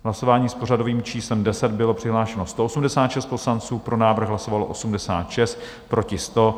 V hlasování s pořadovým číslem 10 bylo přihlášeno 186 poslanců, pro návrh hlasovalo 86, proti 100.